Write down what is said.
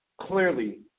clearly